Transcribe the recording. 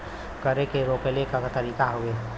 कर के रोकले क तरीका हउवे